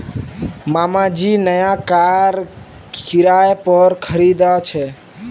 मामा जी नया कार किराय पोर खरीदा छे